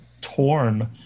torn